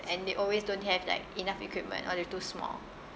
and they always don't have like enough equipment or they're too small